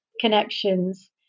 connections